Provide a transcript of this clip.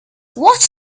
what